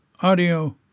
Audio